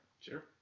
Sure